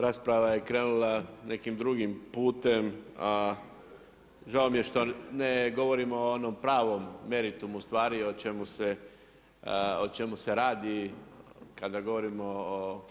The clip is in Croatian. Rasprava je krenula nekim drugim putem, a žao mi je što ne govorimo o onom pravom meritumu, ustvari o čemu se radi kada govorimo